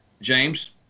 James